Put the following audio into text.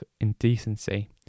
indecency